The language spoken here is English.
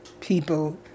people